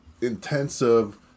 intensive